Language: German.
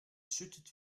schüttet